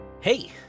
Hey